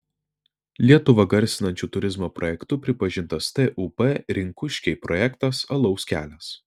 lietuvą garsinančiu turizmo projektu pripažintas tūb rinkuškiai projektas alaus kelias